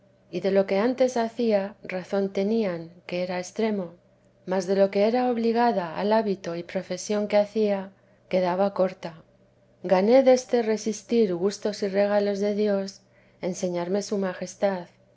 y de lo que antes hacía razón tenían que era extremo mas de lo que era obligada al hábito y profesión que hacía quedaba corta gané deste resistir gustos y regalos de dios enseñarme su majestad